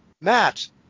Matt